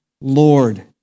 Lord